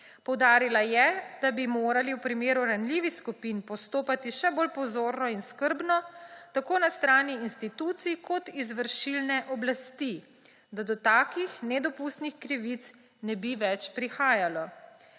Poudarila je, da bi morali v primeru ranljivih skupin postopati še bolj pozorno in skrbno, tako na strani institucij kot izvršilne oblasti, da do takih nedopustnih krivic ne bi več prihajalo.